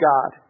God